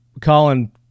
Colin